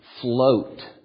float